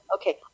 Okay